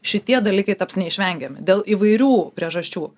šitie dalykai taps neišvengiami dėl įvairių priežasčių